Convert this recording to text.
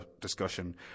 discussion